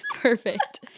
Perfect